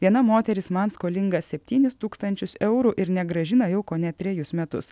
viena moteris man skolinga septynis tūkstančius eurų ir negrąžina jau kone trejus metus